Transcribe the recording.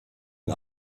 den